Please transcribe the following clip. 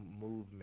movement